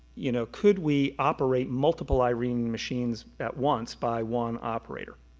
you know, could we operate multiple irene machines at once by one operator.